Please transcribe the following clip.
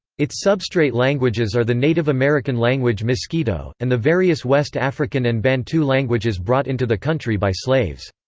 its substrate languages are the native american language miskito, and the various west african and bantu languages brought into the country by slaves.